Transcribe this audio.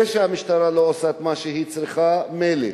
זה שהמשטרה לא עושה את מה שהיא צריכה, מילא,